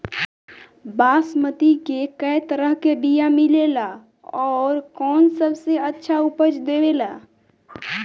बासमती के कै तरह के बीया मिलेला आउर कौन सबसे अच्छा उपज देवेला?